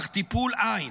אך טיפול, אין,